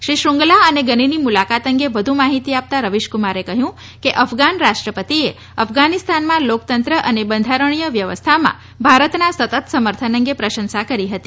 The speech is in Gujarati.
શ્રી શ્રંગલા અને ગનીની મુલાકાત અંગે વધુ માહિતી આપતાં રવિશક્રમારે જણાવ્યું કે અફઘાન રાષ્ટ્રપતિએ અફઘાનીસ્તાનમાં લોકતંત્ર અને બંધારણીય વ્યવસ્થામાં ભારતના સતત સમર્થન અંગે પ્રશંસા કરી હતી